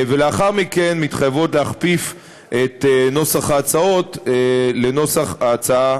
ולאחר מכן מתחייבות להכפיף את נוסח ההצעות לנוסח ההצעה